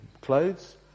clothes